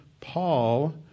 Paul